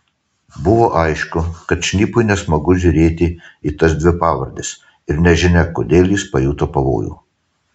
buvo aišku kad šnipui nesmagu žiūrėti į tas dvi pavardes ir nežinia kodėl jis pajuto pavojų